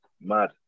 mad